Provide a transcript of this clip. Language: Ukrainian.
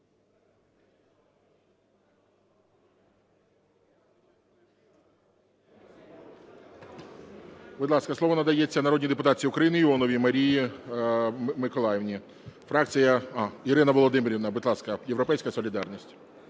Будь ласка, слово надається народній депутатці України Іоновій Марії Миколаївні. Ірина Володимирівна, будь ласка, "Європейська солідарність".